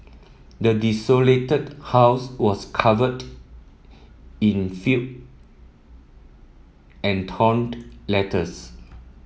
the desolated house was covered in fill and torn letters